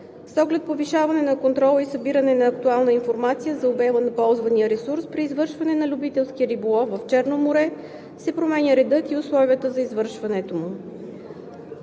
С оглед повишаване на контрола и събиране на актуална информация за обема на ползвания ресурс при извършване на любителски риболов в Черно море се променят редът и условията за извършването му.